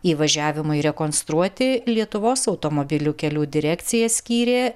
įvažiavimui rekonstruoti lietuvos automobilių kelių direkcija skyrė